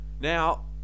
Now